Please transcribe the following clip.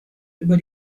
über